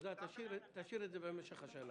תשאיר את זה למשך השנה.